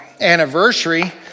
anniversary